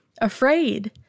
afraid